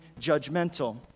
judgmental